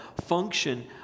function